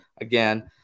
again